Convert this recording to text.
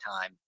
time